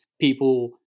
people